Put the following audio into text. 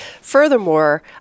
furthermore